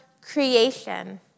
creation